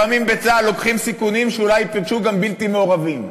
לפעמים בצה"ל לוקחים סיכונים שאולי יפגשו גם בלתי מעורבים,